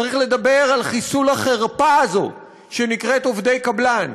צריך לדבר על חיסול החרפה הזאת שנקראת עובדי קבלן.